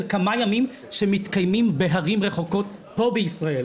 כמה ימים שמתקיימות בערים רחוקות פה בישראל.